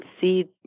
see